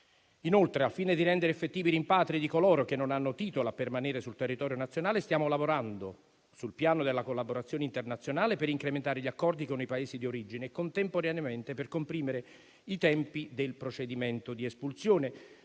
Inoltre, al fine di rendere effettivi i rimpatri di coloro che non hanno titolo a permanere sul territorio nazionale, stiamo lavorando sul piano della collaborazione internazionale per incrementare gli accordi con i Paesi di origine e contemporaneamente per comprimere i tempi del procedimento di espulsione.